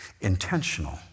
intentional